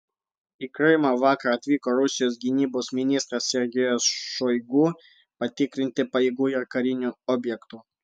į krymą vakar atvyko rusijos gynybos ministras sergejus šoigu patikrinti pajėgų ir karinių objektų